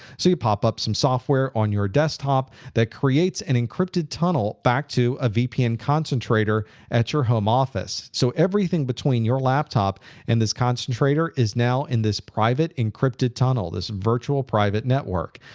so you pop up some software on your desktop that creates an and encrypted tunnel back to a vpn concentrator at your home office. so everything between your laptop and this concentrator is now in this private, encrypted tunnel, this virtual private network.